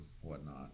whatnot